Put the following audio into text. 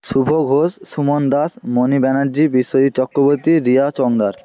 Subho Ghosh Suman Das Moni Banerjee Biswajit Chakraborty Riya Chongdar